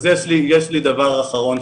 אז יש לי דבר אחרון,